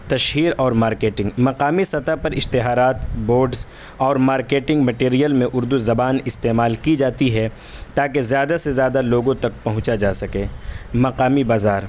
تشہیر اور مارکیٹنگ مقامی سطح پر اشتہارات بوڈز اور مارکیٹنگ مٹیرئل میں اردو زبان استعمال کی جاتی ہے تا کہ زیادہ سے زیادہ لوگوں تک پہنچا جا سکے مقامی بازار